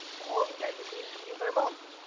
the old capitol in vermont.